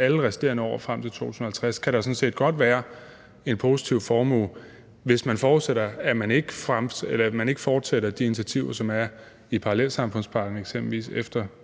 alle resterende år frem til 2050, kan der sådan set godt være en positiv formue, hvis man forudsætter, at man ikke fortsætter de initiativer, som er i eksempelvis parallelsamfundspakken, efter